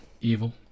evil